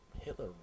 hitler